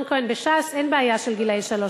בש"ס אין בעיה של גילאי שלוש,